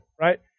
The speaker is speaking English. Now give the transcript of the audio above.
right